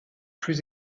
plus